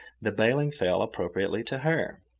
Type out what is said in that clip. the bailing fell appropriately to her.